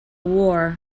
war